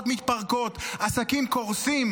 עסקים קורסים,